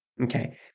Okay